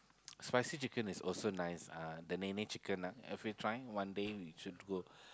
spicy chicken is also nice uh the Nene-Chicken ah have you tried one day we should go